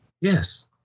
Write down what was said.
yes